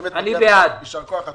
באמת מגיע יישר כוח עצום.